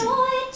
Joy